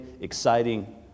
exciting